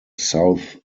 south